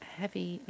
heavy